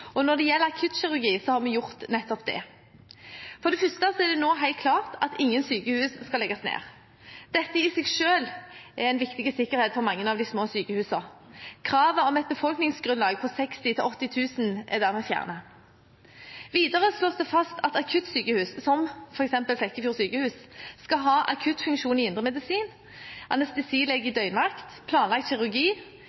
og når det gjelder akuttkirurgi, har vi gjort nettopp det. For det første er det nå helt klart at ingen sykehus skal legges ned. Dette i seg selv er en viktig sikkerhet for mange av de små sykehusene. Kravet om et befolkningsgrunnlag på 60 000–80 000 er dermed fjernet. Videre slås det fast at akuttsykehus, som f.eks. Flekkefjord sykehus, skal ha akuttfunksjon i indremedisin, anestesilege i